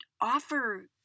offer